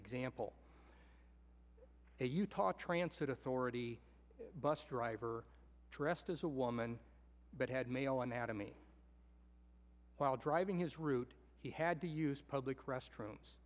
example a utah transport authority bus driver dressed as a woman but had male anatomy while driving his route he had to use public restrooms